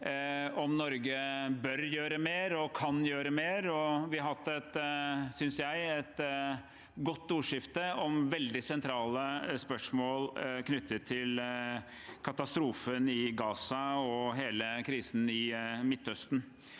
om Norge bør gjøre mer og kan gjøre mer. Jeg synes vi har hatt et godt ordskifte om veldig sentrale spørsmål knyttet til katastrofen i Gaza og hele krisen i Midtøsten.